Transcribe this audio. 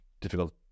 difficult